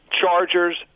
chargers